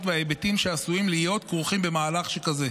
וההיבטים שעשויים להיות כרוכים במהלך שכזה.